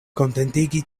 kontentigi